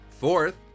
fourth